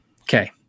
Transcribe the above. okay